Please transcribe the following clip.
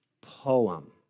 poem